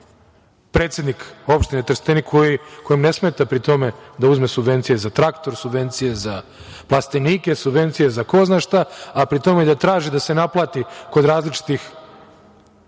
predsednik opštine Trstenik, kojem pri tome ne smeta da uzme subvencije za traktor, subvencije za plastenike, subvencije za ko zna šta, a pri tome i da traži da se naplati kod različitih